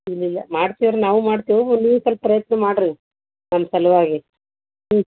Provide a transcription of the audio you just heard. ಇಲ್ಲ ಇಲ್ಲ ಮಾಡ್ತೇವಿ ರೀ ನಾವು ಮಾಡ್ತೆವೆ ಒಂದು ನೀವು ಸ್ವಲ್ಪ ಪ್ರಯತ್ನ ಮಾಡಿರಿ ನಮ್ಮ ಸಲುವಾಗಿ ಹ್ಞೂ